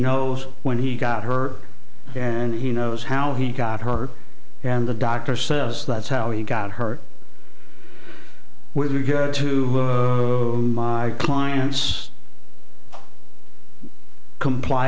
knows when he got her and he knows how he got her and the doctor says that's how he got hurt with regard to my client's compl